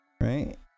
right